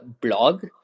blog